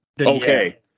okay